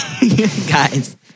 guys